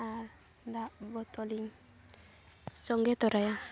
ᱟᱨ ᱫᱟᱜ ᱵᱚᱛᱚᱞᱤᱧ ᱥᱚᱸᱜᱮ ᱛᱚᱨᱟᱭᱟ